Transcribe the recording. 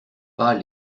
pas